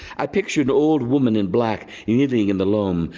i picture an old woman in black, kneeling in the loam,